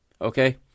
Okay